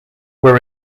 were